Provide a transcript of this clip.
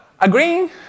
agreeing